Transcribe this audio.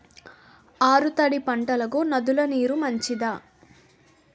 ఆరు తడి పంటలకు నదుల నీరు మంచిదా?